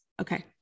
okay